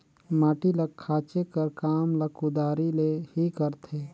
माटी ल खाचे कर काम ल कुदारी ले ही करथे